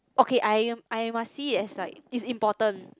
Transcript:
okay I am I am a see is like is important